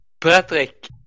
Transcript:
Patrick